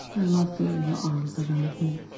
i love feeling your arms around me.